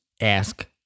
ask